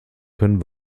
können